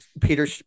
Peter